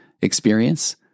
experience